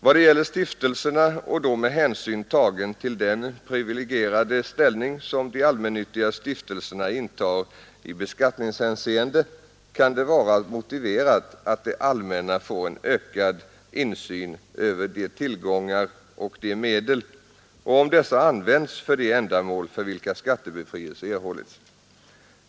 är det gäller stiftelserna, och skilt med hänsyn till den privilegierade ställning som de allmännyttiga stiftelserna intar i beskattningshänseende, kan det vara motiverat att det allmänna får ökad insyn i huruvida deras tillgångar och medel används för de ändamål för vilka skattebefrielse erhållits.